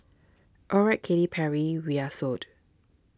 alright Katy Perry we're sold